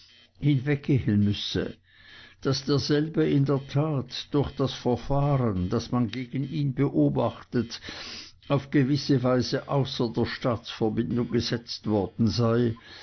hinweggehen müsse daß derselbe in der tat durch das verfahren das man gegen ihn beobachtet auf gewisse weise außer der staatsverbindung gesetzt worden sei